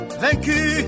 vaincu